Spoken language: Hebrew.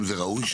אתה צודק.